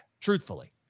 truthfully